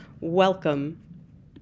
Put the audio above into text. Welcome